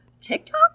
TikTok